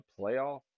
playoff